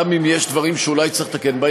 גם אם יש דברים שאולי צריך לתקן בה,